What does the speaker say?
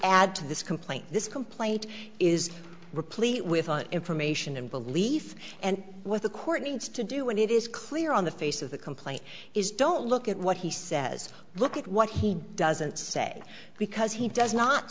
add to this complaint this complaint is replete with information and belief and what the court needs to do and it is clear on the face of the complaint is don't look at what he says look at what he doesn't say because he does not